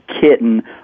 Kitten